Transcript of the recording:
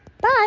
Bye